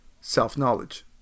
self-knowledge